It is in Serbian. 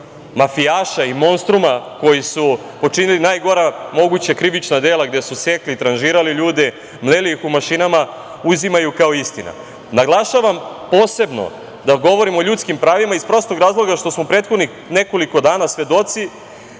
mafijaša i monstruma koji su počinili najgora moguća krivična dela, gde sekli, tranžirali ljudi, mleli ih u mašinama, uzimaju kao istina. Naglašavam posebno da govorim o ljudskim pravima iz prostog razloga što smo prethodnih nekoliko dana svedoci